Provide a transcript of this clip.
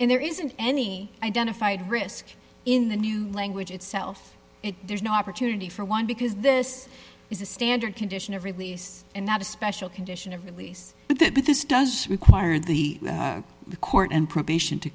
and there isn't any identified risk in the new language itself there's no opportunity for one because this is a standard condition of release and not a special condition of release but that this does require the court and probation to